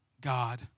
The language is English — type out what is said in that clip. God